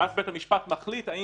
ואז בית המשפט מחליט אם